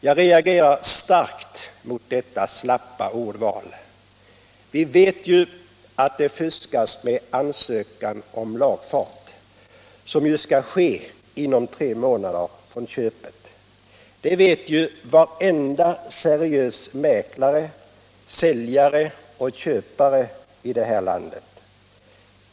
Jag reagerar starkt mot detta slappa ordval. Vi vet att det fuskas med ansökan om lagfart — som ju skall ske inom tre månader från köpet. Det vet varenda seriös mäklare, säljare eller köpare i det här landet.